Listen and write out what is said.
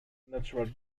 natural